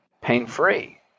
pain-free